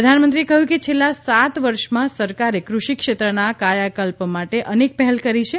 પ્રધાનમંત્રીએ કહ્યું કે છેલ્લા સાત વર્ષમાં સરકારે કૃષિ ક્ષેત્રના કાયાકલ્પ માટે અનેક પહેલ કરી છે